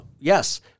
Yes